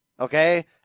okay